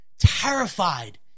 terrified